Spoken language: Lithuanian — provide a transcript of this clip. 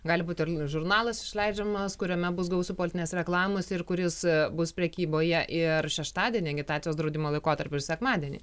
gali būti ir žurnalas išleidžiamas kuriame bus gausu politinės reklamos ir kuris bus prekyboje ir šeštadienį agitacijos draudimo laikotarpiu ir sekmadienį